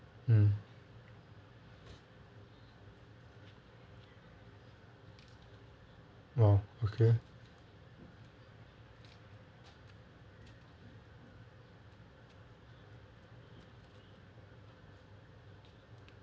um !wow! okay